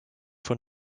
von